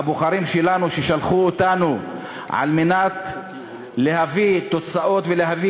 הבוחרים שלנו ששלחו אותנו על מנת להביא תוצאות ולהביא